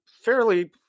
fairly